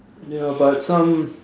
ya but some